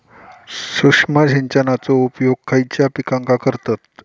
सूक्ष्म सिंचनाचो उपयोग खयच्या पिकांका करतत?